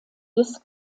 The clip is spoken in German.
des